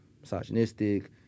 misogynistic